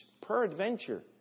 Peradventure